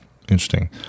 Interesting